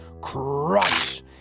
CRUSH